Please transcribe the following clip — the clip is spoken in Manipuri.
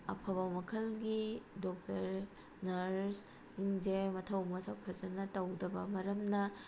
ꯑꯐꯕ ꯃꯈꯜꯒꯤ ꯗꯣꯛꯇꯔ ꯅꯔꯁꯁꯤꯡꯁꯦ ꯃꯊꯧ ꯃꯁꯛ ꯐꯖꯅ ꯇꯧꯗꯕ ꯃꯔꯝꯅ